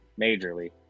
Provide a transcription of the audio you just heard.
majorly